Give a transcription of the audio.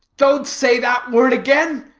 don't say that word again.